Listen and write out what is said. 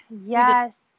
yes